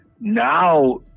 now